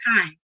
time